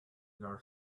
girl